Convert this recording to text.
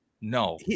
No